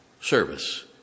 service